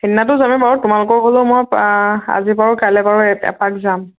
সিদিনাটো যামেই বাৰু তোমালোকৰ ঘৰলৈও মই আজি বাৰু কাইলে বাৰু এপাক যাম